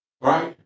right